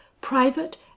private